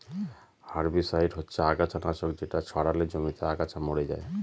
herbicide হচ্ছে আগাছা নাশক যেটা ছড়ালে জমিতে আগাছা মরে যায়